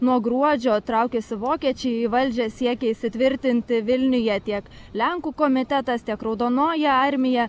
nuo gruodžio traukėsi vokiečiai į valdžią siekė įsitvirtinti vilniuje tiek lenkų komitetas tiek raudonoji armija